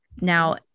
Now